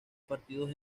partidos